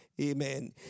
Amen